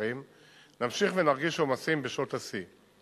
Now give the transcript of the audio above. וקטרים נמשיך ונרגיש עומסים בשעות השיא.